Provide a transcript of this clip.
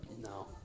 No